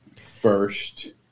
first